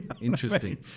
interesting